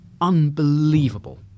unbelievable